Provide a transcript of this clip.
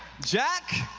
jack,